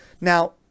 Now